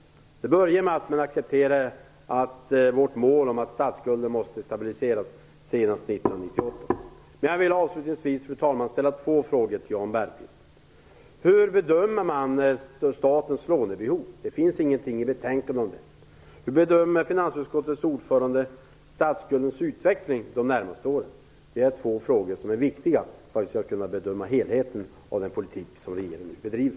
Det började med att man accepterade vårt mål om att statsskulden måste stabiliseras senast år 1998. Fru talman! Jag vill avslutningsvis ställa två frågor till Jan Bergqvist. Hur bedömer man statens lånebehov? Det finns ingenting i betänkandet om det. Hur bedömer finansutskottets ordförande statsskuldens utveckling de närmaste åren? Det är två frågor som är viktiga för att man skall kunna bedöma helheten i den politik som regeringen nu bedriver.